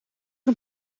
een